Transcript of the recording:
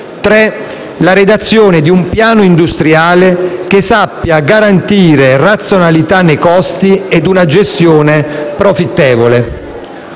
la redazione di un piano industriale che sappia garantire razionalità nei costi e una gestione profittevole.